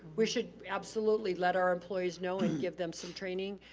we should absolutely let our employees know and give them some training,